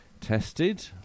tested